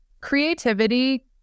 creativity